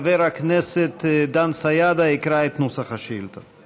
בבקשה, חבר הכנסת דן סידה יקרא את נוסח השאילתה.